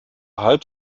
halb